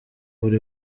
buri